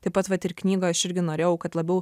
taip pat vat ir knygoje aš irgi norėjau kad labiau